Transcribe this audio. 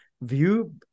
view